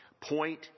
point